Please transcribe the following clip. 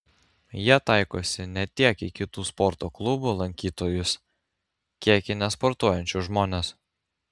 jie taikosi ne tiek į kitų sporto klubų lankytojus kiek į nesportuojančius žmones